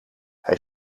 hij